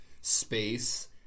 space